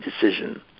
decision